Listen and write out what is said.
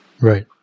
Right